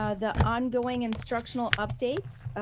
ah the ongoing instructional updates,